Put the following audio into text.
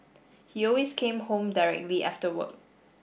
he always came home directly after work